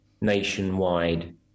nationwide